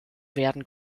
werden